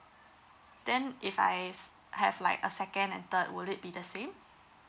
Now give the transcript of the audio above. then if I have like a second and third will it be the same